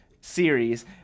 series